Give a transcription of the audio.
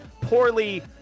poorly